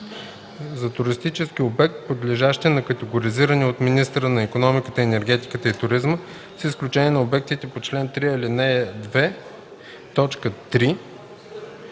за туристически обекти, подлежащи на категоризиране от министъра на икономиката, енергетиката и туризма, с изключение на обектите по чл. 3, ал.